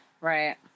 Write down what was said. Right